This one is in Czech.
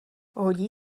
hodí